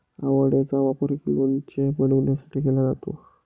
आवळेचा वापर लोणचे बनवण्यासाठी केला जातो